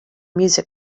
music